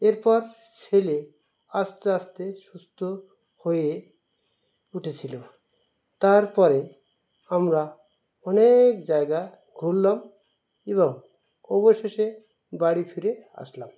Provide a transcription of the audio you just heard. এরপর ছেলে আস্তে আস্তে সুস্থ হয়ে উঠেছিলো তারপরে আমরা অনেক জায়গা ঘুরলাম এবং অবশেষে বাড়ি ফিরে আসলাম